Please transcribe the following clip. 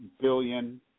billion